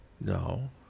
No